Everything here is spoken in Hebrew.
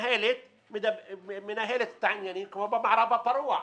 המינהלת מנהלת את העניינים כמו במערב הפרוע,